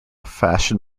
fashion